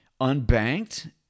unbanked